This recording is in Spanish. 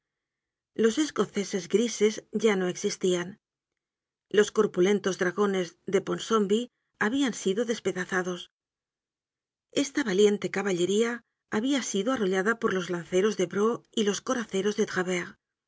los escoceses grises ya no existian los corpulentos dragones de ponsomby habian sido despedazados esla valiente caballería habia sido arrollada por los lanceros de bro y los coraceros de